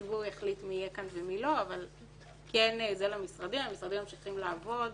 הציבור יחליט מי יהיה כאן ומי לא אבל המשרדים ממשיכים לעבוד